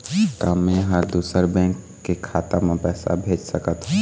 का मैं ह दूसर बैंक के खाता म पैसा भेज सकथों?